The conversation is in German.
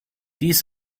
dies